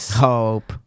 hope